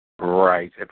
Right